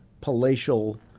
palatial